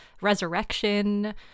resurrection